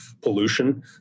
pollution